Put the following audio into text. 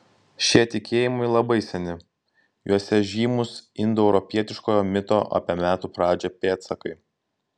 šie tikėjimai labai seni juose žymūs indoeuropietiškojo mito apie metų pradžią pėdsakai